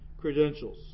credentials